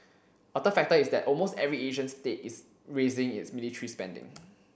a third factor is that almost every Asian state is raising its military spending